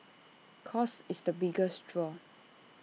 cost is the biggest draw